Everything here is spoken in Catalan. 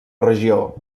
regió